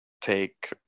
take